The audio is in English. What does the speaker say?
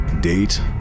Date